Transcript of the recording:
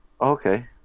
Okay